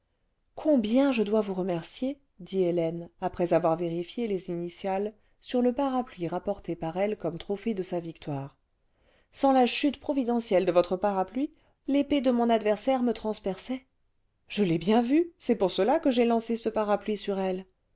combien je dois vous remercier dit hélène après avoir vérifié les initiales sur le parapluie rapporté par elle comme trophée de sa victoire sans la chute providentielle de votre parapluie l'épée de mon adversaire me transperçait je l'ai bien vu c'est pour cela que j'ai lancé ce parapluie sur elle